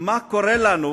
מה קורה לנו